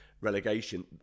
relegation